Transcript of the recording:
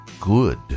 good